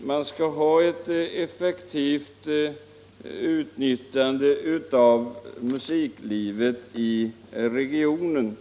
ju skall ske ett effektivt utnyttjande av musiklivet i regionen.